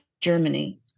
Germany